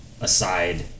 aside